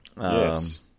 Yes